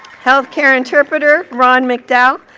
healthcare interpreter, ron mcdowell,